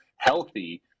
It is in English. healthy